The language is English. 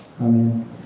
Amen